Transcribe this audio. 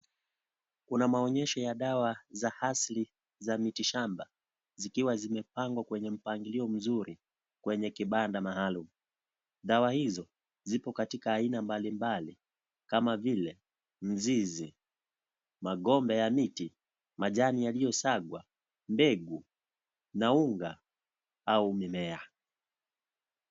Kuna maonesho ya dawa za hasili za miti shamba, zikiwa zimepangwa kwenye mpangilio mzuri kwenye kibanda maalum, dawa hizo zipo katika aina mbalimbali kama vile; mzizi, magombe ya miti, majani yaliyosagwa, mbegu na unga au mimea.